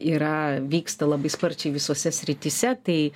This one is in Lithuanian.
yra vyksta labai sparčiai visose srityse tai